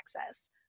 access